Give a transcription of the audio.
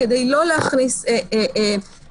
אולי כדאי באופן פרטני לבחון אותם יותר טוב.